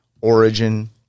origin